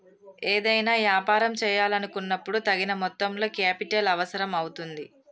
ఏదైనా యాపారం చేయాలనుకున్నపుడు తగిన మొత్తంలో కేపిటల్ అవసరం అవుతుంది